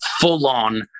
full-on